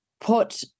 put